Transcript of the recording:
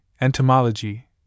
entomology